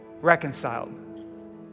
reconciled